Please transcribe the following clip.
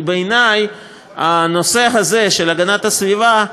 כי בעיני הנושא הזה של הגנת הסביבה,